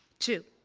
two